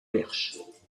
perche